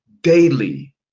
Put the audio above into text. daily